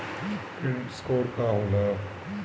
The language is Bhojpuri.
क्रेडिट स्कोर का होला?